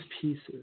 pieces